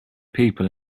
people